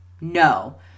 No